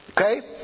Okay